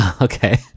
Okay